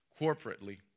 corporately